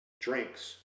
drinks